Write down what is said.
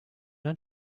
dein